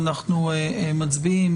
אנחנו מצביעים.